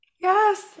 Yes